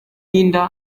y’inda